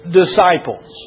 disciples